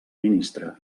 ministre